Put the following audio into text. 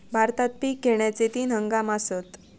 भारतात पिक घेण्याचे तीन हंगाम आसत